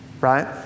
right